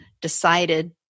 decided